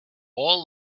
all